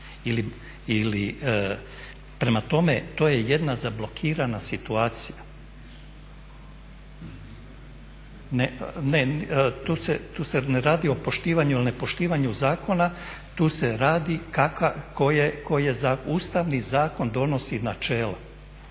biti. Prema tome, to je jedna zablokirana situacija. Tu se ne radi o poštivanju ili nepoštivanju zakona, tu se radi koji je, ustavni zakon donosi načela,